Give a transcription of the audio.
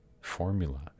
formula